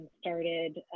started